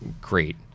great